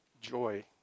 joy